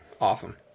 Awesome